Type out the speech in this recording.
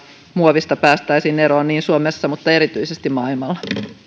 muovista päästäisiin eroon suomessa mutta erityisesti maailmalla